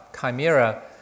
chimera